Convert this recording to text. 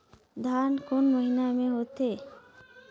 धान कोन महीना मे होथे?